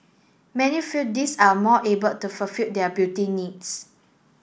many feel these are more able to fulfil their beauty needs